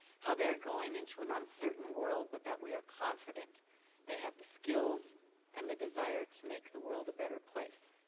how they're going into an uncertain world but that we are confident they have the skills and the desire to make the world a better place.